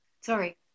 Sorry